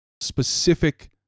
specific